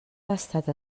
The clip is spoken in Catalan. gastat